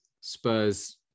Spurs